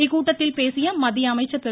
இக்கூட்டத்தில் பேசிய மத்திய அமைச்சர் திரு